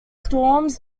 storms